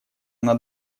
она